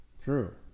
True